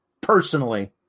Personally